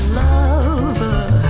lover